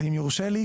ואם יורשה לי,